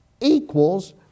equals